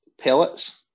pellets